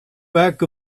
back